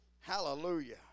Hallelujah